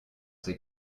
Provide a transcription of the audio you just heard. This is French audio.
ces